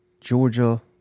georgia